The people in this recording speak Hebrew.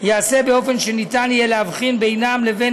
ייעשו באופן שניתן יהיה להבחין בינם לבין